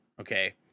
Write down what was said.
okay